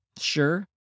sure